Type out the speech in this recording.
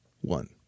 One